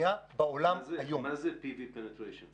מה זה pv penetration?